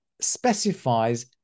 specifies